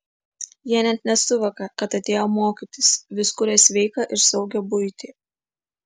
jie net nesuvokia kad atėjo mokytis vis kuria sveiką ir saugią buitį